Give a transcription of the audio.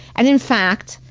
and in fact,